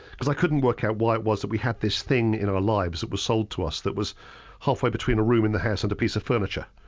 because i couldn't work out why it was that we have this thing in our life that was sold to us that was halfway between a room in the house and a piece of furniture.